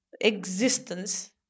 existence